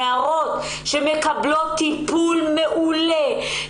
שלום רב,